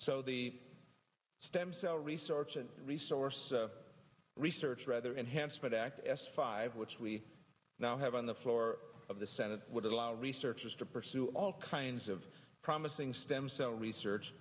so the stem cell research and resource research rather enhancement act s five which we now have on the floor of the senate would allow researchers to pursue all kinds of promising stem cell research